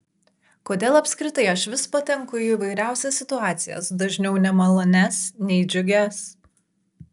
kodėl apskritai aš vis patenku į įvairiausias situacijas dažniau nemalonias nei džiugias